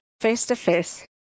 face-to-face